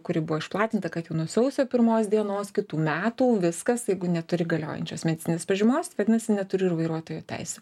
kuri buvo išplatinta kad nuo sausio pirmos dienos kitų metų viskas jeigu neturi galiojančios medicininės pažymos vadinasi neturi ir vairuotojų teisių